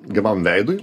gyvam veidui